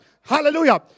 hallelujah